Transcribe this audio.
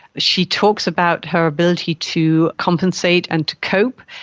she talks about her ability to compensate and to cope,